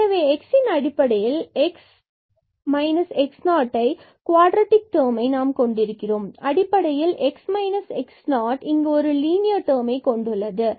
எனவே x இன் அடிப்படையில் x x0 ஐ என்ற க்வாட்ரடிக் டெர்மை நாம் கொண்டிருக்கிறோம் மேலும் x x0 இன் அடிப்படையில் இங்கே லீனியர் டெர்மை கொண்டிருக்கிறோம்